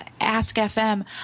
Ask.fm